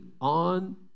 on